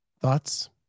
thoughts